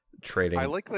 trading